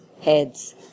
heads